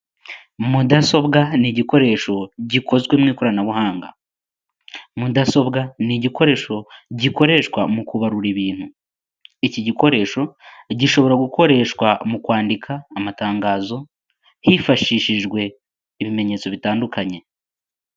Mudasobwa ni igikoresho gikozwe mu ikoranabuhanga. Mudasobwa ni igikoresho gikoreshwa mu kubarura ibintu. Iki gikoresho gishobora gukoreshwa mu kwandika amatangazo, hifashishijwe ibimenyetso bitandukanye.